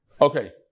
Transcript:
Okay